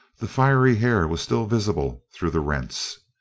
the fiery hair was still visible through the rents.